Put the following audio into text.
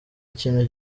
ikintu